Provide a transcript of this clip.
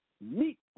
meet